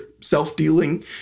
self-dealing